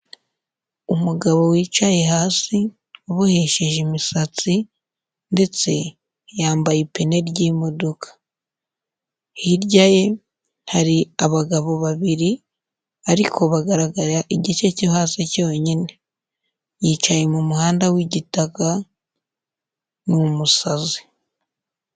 Umugabo wicaye hasi ubohesheje imisatsi ndetse yambaye ipine ry'imodoka, hirya ye hari abagabo babiri ariko bagaragara igice cyo hasi cyonyine, yicaye mu muhanda w'igitaka, ni umusazi.